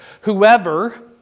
Whoever